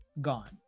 Gone